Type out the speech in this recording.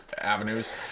avenues